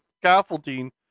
scaffolding